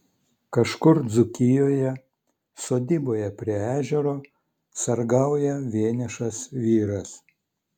kažkur dzūkijoje sodyboje prie ežero sargauja vienišas vyras